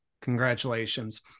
congratulations